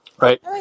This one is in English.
right